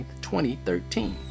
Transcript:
2013